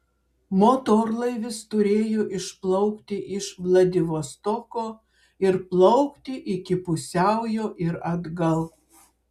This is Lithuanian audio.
motorlaivis turėjo išplaukti iš vladivostoko ir plaukti iki pusiaujo ir atgal